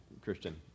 Christian